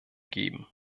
geben